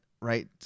Right